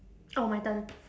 oh my turn